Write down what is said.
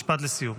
משפט לסיום.